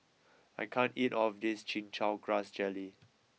I can't eat all of this Chin Chow Grass Jelly